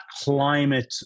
climate